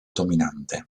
dominante